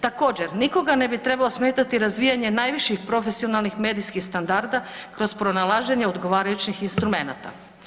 Također, nikoga ne bi trebao smetati razvijanje najviših profesionalnih medijskih standarda kroz pronalaženje odgovarajućih instrumenata.